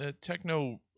Techno